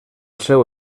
seu